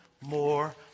more